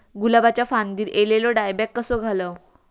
गुलाबाच्या फांदिर एलेलो डायबॅक कसो घालवं?